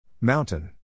Mountain